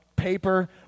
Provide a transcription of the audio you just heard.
paper